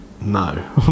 no